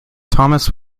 thomas